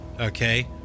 Okay